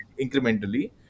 incrementally